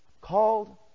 called